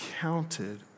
counted